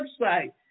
website